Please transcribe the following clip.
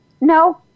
No